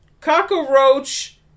cockroach